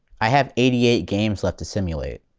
i have eighty eight games left to simulate.